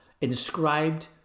inscribed